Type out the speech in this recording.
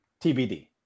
TBD